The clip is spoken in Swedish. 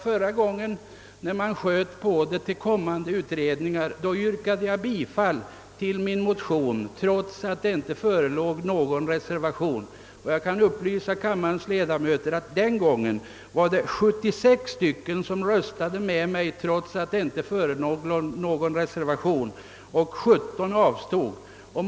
Förra gången utskottet föreslog att denna fråga skulle hänskjutas till en utredning yrkade jag bifall till min motion, trots att det inte förelåg någon reservation. Jag kan upplysa kammarens ledamöter om att det den gången var 76 ledamöter som röstade med mig och 17 ledamöter som avstod från att rösta.